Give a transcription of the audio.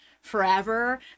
forever